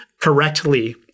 correctly